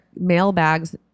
mailbags